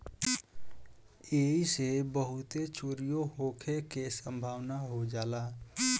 ऐइसे बहुते चोरीओ होखे के सम्भावना हो जाला